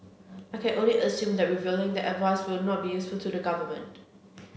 I can only assume that revealing the advice would not be useful to the government